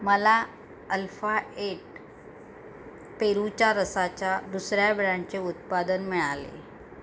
मला alpha eight पेरूच्या रसाच्या दुसऱ्या ब्रँडचे उत्पादन मिळाले